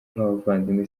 nk’abavandimwe